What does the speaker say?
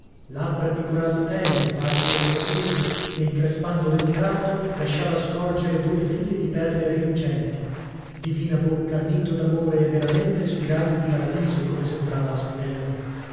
labbra di corallo tenero facili al sorriso che increspandole un tratto lasciava scorgere due file di perle rilucenti divina bocca nido d'amore e veramente spiraglio di paradiso come sembrava a spinello